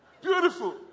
Beautiful